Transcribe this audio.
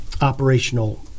operational